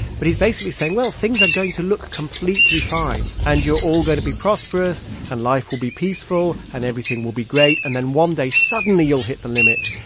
but he's basically saying, well, things are going to look completely fine. and you're all going to be prosperous. and life will be peaceful. and everything will be great. and then one day, suddenly you'll hit the limit,